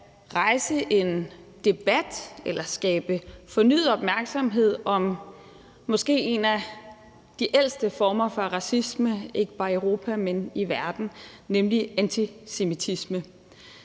rejse en debat og skabe fornyet opmærksomhed om en af de måske ældste former for racisme, ikke bare i Europa, men i verden, nemlig antisemitisme.